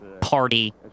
party